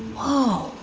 whoa.